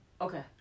Okay